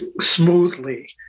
smoothly